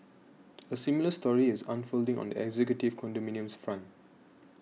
a similar story is unfolding on the executive condominiums front